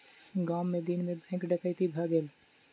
गाम मे दिन मे बैंक डकैती भ गेलै